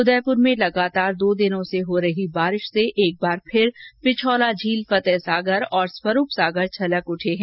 उदयपुर में लगातार दो दिनों से हो रही बारिश से एक बार फिर पिछोला झील फतेह सागर और स्वरूप सागर छलक उठे हैं